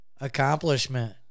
accomplishment